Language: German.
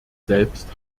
selbst